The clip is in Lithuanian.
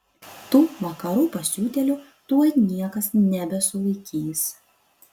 tų vakarų pasiutėlių tuoj niekas nebesulaikys